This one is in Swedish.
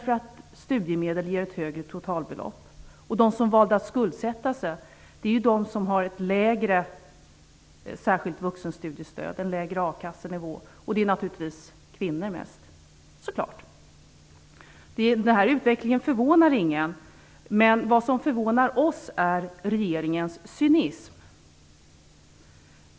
Studiemedel ger ett högre totalbelopp. De som valde att skuldsätta sig var de som har ett lägre särskilt vuxenstudiestöd, en lägre a-kassenivå. Det är mest kvinnor, så klart. Den här utvecklingen förvånar ingen. Det som förvånar oss är regeringens cynism.